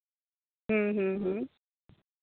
ᱦᱮᱸ ᱦᱮᱸ ᱦᱮᱸ